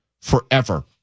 forever